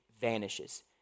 vanishes